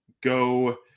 go